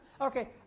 Okay